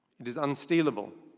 it is unstealable.